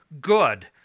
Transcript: Good